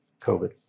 COVID